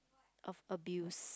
of abuse